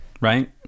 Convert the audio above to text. Right